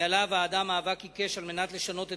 הוועדה ניהלה מאבק עיקש על מנת לשנות את